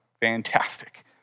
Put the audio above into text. fantastic